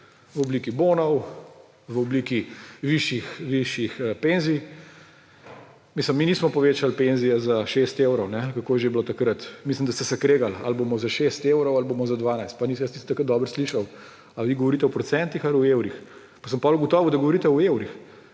v obliki bonov, v obliki višjih penzij. Mi nismo povečali penzije za 6 evrov ali kako je že bilo takrat, mislim, da ste se kregali, ali bomo za 6 evrov ali bomo za 12. Pa nisem jaz takrat dobro slišal, ali vi govorite o procentih ali o evrih, pa sem potem ugotovil, da govorite o evrih.